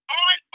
on